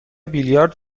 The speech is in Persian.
بیلیارد